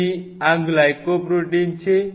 તેથી આ glycol protein છે